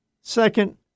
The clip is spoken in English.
Second